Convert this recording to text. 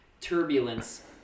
turbulence